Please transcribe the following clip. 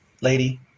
lady